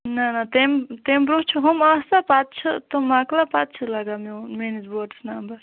نہ نہ تمہ برونٛہہ چھ ہُم آسان پتہٕ چھ تِم مۄکلان پَتہٕ چھُ لَگان میون میٲنِس بوٹَس نمبر